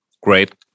great